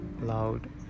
loud